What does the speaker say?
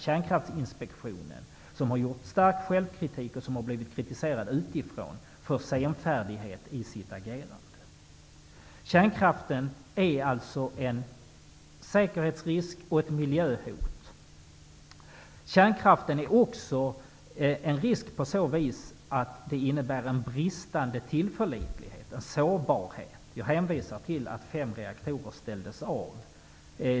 Kärnkraftinspektionen har visat stark självkritik, och den har blivit kritiserad utifrån för senfärdighet i sitt agerande. Kärnkraften är alltså en säkerhetsrisk och ett miljöhot. Kärnkraften är också en risk på så vis att den innebär en bristande tillförlitlighet och en sårbarhet. Jag hänvisar till att fem reaktorer ställdes av.